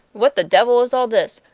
what the devil is all this?